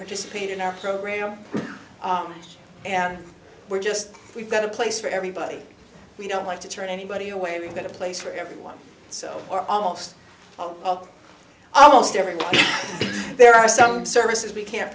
participate in our program and we're just we've got a place for everybody we don't like to turn anybody away we've got a place for everyone so or almost zero zero most everybody there are some services we can